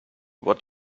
what